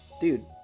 dude